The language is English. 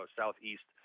southeast